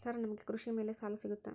Sir ನಮಗೆ ಕೃಷಿ ಮೇಲೆ ಸಾಲ ಸಿಗುತ್ತಾ?